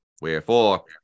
Wherefore